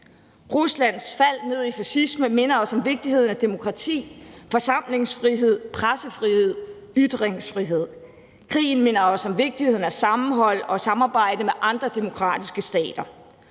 Ruslands fald ned i fascisme minder os om vigtigheden af demokrati, forsamlingsfrihed, pressefrihed, ytringsfrihed. Krigen minder os om vigtigheden af sammenhold og samarbejde med andre demokratiske stater